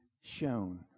shown